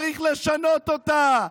צריך לשנות אותה.